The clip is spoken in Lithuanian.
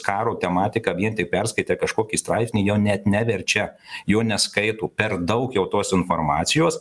karo tematika vien tik perskaitę kažkokį straipsnį jo net neverčia jo neskaito per daug jau tos informacijos